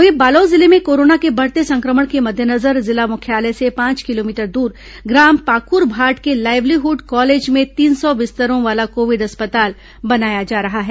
वहीं बालोद जिले में कोरोना के बढ़ते संक्रमण के मद्देनजर जिला मुख्यालय से पांच किलोमीटर दूर ग्राम पाकूरभाट के लाइवलीहुड कॉलेज में तीन सौ बिस्तरों वाला कोविड अस्पताल बनाया जा रहा है